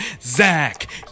Zach